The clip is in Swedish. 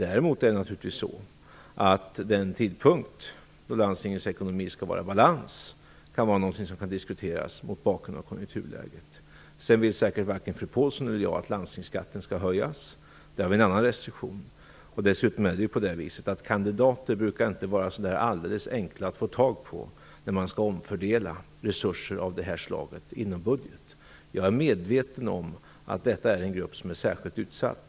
Däremot kan naturligtvis den tidpunkt då landstingets ekonomi skall vara i balans diskuteras mot bakgrund av konjunkturläget. Sedan vill säkert varken fru Pålsson eller jag att landstingsskatten skall höjas. Det är en annan restriktion. Dessutom brukar det inte vara helt enkelt att få tag i kandidater när man skall omfördela resurser av det här slaget inom budgeten. Jag är medveten om att detta är en grupp som är särskilt utsatt.